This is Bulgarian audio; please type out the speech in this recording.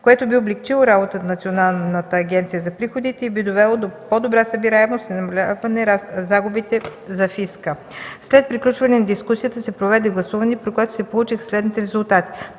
което би облекчило работата на Националната агенция за приходите и би довело до по-добра събираемост и намаляване загубите за фиска. След приключване на дискусията се проведе гласуване, при което се получиха следните резултати: